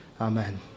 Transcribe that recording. Amen